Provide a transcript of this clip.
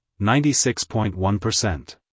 96.1%